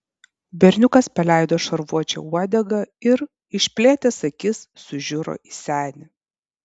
berniukas paleido šarvuočio uodegą ir išplėtęs akis sužiuro į senį